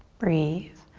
breathe.